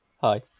Hi